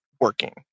working